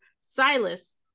Silas